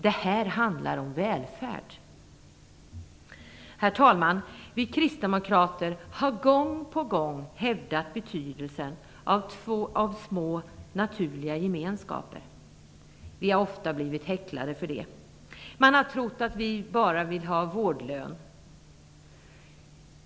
Det handlar här om välfärd. Herr talman! Vi kristdemokrater har gång på gång hävdat betydelsen av små naturliga gemenskaper. Vi har ofta blivit häcklade för det. Man har trott att vi bara vill ha vårdlön.